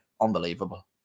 unbelievable